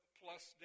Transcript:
plus